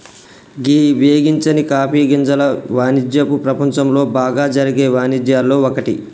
గీ వేగించని కాఫీ గింజల వానిజ్యపు ప్రపంచంలో బాగా జరిగే వానిజ్యాల్లో ఒక్కటి